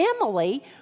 Emily